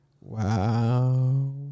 Wow